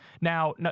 now